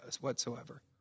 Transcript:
Whatsoever